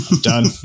done